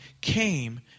came